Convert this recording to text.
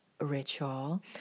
ritual